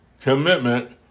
commitment